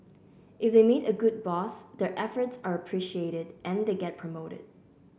if they meet a good boss their efforts are appreciated and they get promoted